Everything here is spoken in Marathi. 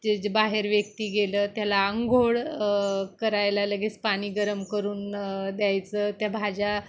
जे जे बाहेर व्यक्ती गेलं त्याला अंघोळ करायला लगेच पाणी गरम करून द्यायचं त्या भाज्या